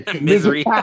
misery